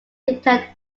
detect